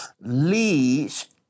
leads